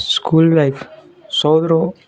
school life ସବୁଥିରୁ